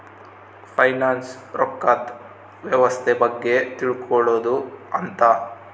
finance ರೊಕ್ಕದ್ ವ್ಯವಸ್ತೆ ಬಗ್ಗೆ ತಿಳ್ಕೊಳೋದು ಅಂತ